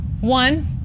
One